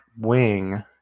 wing